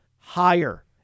higher